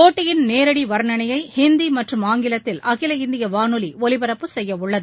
போட்டியின் நேரடி வர்ணனையை ஹிந்தி மற்றும் ஆங்கிலத்தில் அகில இந்திய வானொலி ஒலிபரப்பு செய்யவுள்ளது